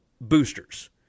boosters